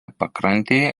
pakrantėje